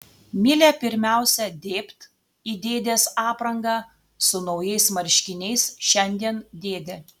milė pirmiausia dėbt į dėdės aprangą su naujais marškiniais šiandien dėdė